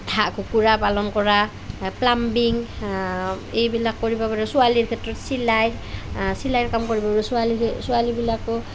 হাঁহ কুকুৰা পালন কৰা প্লাম্বিং এইবিলাক কৰিব পাৰে ছোৱালীৰ ক্ষেত্ৰত চিলাই চিলাই কাম কৰিব পাৰে ছোৱালী ছোৱালীবিলাকেও